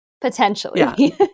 Potentially